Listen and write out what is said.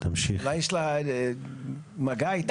תסבירי מה זה עמותת "פתחון לב".